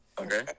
Okay